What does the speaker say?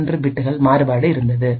61 பிட்கள் மாறுபாடு இருந்தது